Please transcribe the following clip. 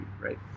right